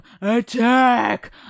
ATTACK